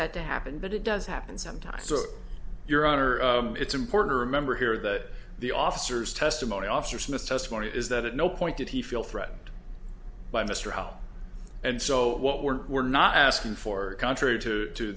that to happen but it does happen sometimes so your honor it's important to remember here that the officers testimony officer smith testimony is that at no point did he feel threatened by mr hall and so what we're we're not asking for country to